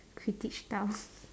critics style